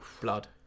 blood